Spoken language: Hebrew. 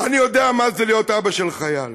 אני יודע מה זה להיות אבא של חייל,